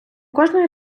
кожний